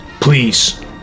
Please